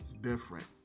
different